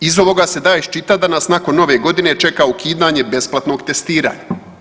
Iz ovoga se da iščitat da nas nakon Nove Godine čeka ukidanje besplatnog testiranja.